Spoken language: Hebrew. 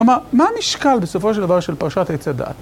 ‫כלומר, מה המשקל בסופו של דבר ‫של פרשת הייצא דעת?